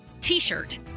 T-shirt